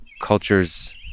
cultures